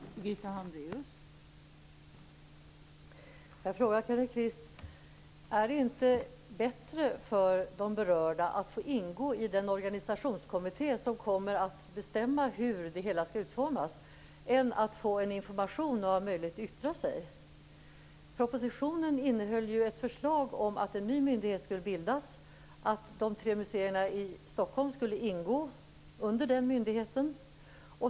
Fru talman! Jag vill fråga Kenneth Kvist: Är det inte bättre för de berörda att få ingå i den organisationskommitté som skall föreslå hur det hela skall utformas än att få information och ha möjlighet att bara yttra sig? Propositionen innehöll ju ett förslag om att en ny myndighet skulle bildas och att de tre museerna i Stockholm skulle inordnas under den myndigheten.